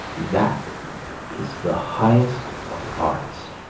that is the highest of arts.